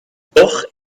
doch